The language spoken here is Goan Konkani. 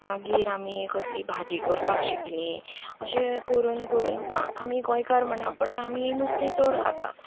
मागीर आमी कसली भाजी करपाक शिकलीं अशें करून करून आमी गोंयकार म्हणना फुडें आमी नुस्तें चड खाता